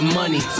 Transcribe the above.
money